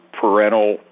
parental